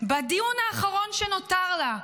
בדיון האחרון שנותר לה,